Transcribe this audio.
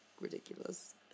ridiculous